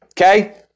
Okay